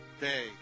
day